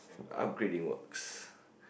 upgrade in works